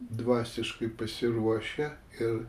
dvasiškai pasiruošę ir